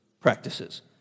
practices